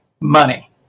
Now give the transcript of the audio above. money